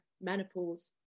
menopause